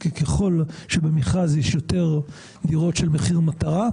כי ככל שבמכרז יש יותר דירות של מחיר מטרה,